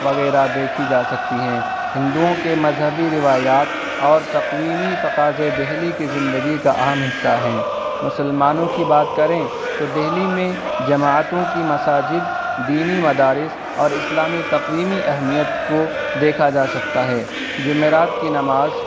وغیرہ دیکھی جا سکتی ہیں ہندؤوں کے مذہبی روایات اور تقویمی تقاضے دہلی کی زندگی کا اہم حصہ ہیں مسلمانوں کی بات کریں تو دہلی میں جماعتوں کی مساجد دینی مدارس اور اسلامی تقویمی اہمیت کو دیکھا جا سکتا ہے جمعرات کی نماز